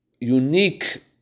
unique